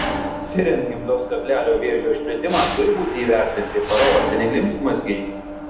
tiriant gimdos kaklelio vėžio išplitimą turi būti įvertinti paraaortiniai limfmazgiai